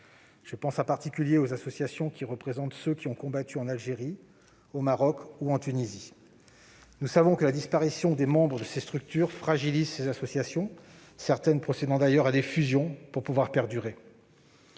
Je pense en particulier aux associations représentant ceux qui ont combattu en Algérie, au Maroc ou en Tunisie. Nous savons que la disparition des membres de ces structures fragilise ces associations, certaines procédant d'ailleurs à des fusions pour pouvoir perdurer.